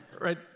Right